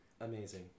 amazing